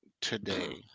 today